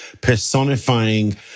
personifying